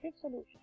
solution